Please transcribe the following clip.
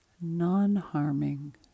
non-harming